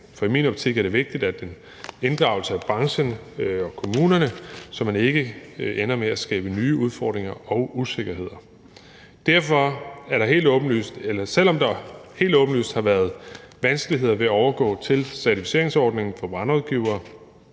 for i min optik er det vigtigt med en inddragelse af branchen og kommunerne, så man ikke ender med at skabe nye udfordringer og usikkerheder. Selv om der helt åbenlyst har været vanskeligheder ved at overgå til certificeringsordningen for brandrådgivere